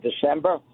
December